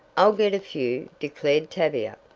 i'll get a few! declared tavia,